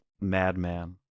madman